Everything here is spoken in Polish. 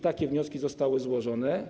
Takie wnioski zostały złożone.